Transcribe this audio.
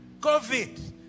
COVID